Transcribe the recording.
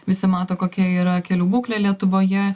visi mato kokia yra kelių būklė lietuvoje